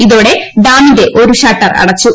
ഇതോടെ ഡാമിന്റെ ഒരു ഷട്ടർ അടച്ചു